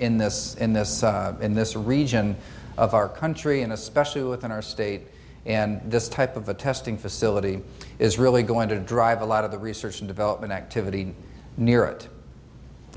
in this in this in this region of our country and especially within our state and this type of a testing facility is really going to drive a lot of the research and development activity near it